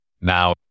Now